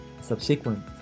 subsequent